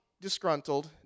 disgruntled